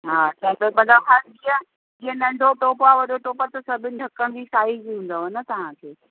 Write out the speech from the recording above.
हा त मतलबु हा जीअं जीअं नंढो टोप आहे वॾो टोप आहे त सभिनी ढकनि जी साईज़ हूंदव न तव्हांखे